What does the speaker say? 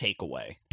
takeaway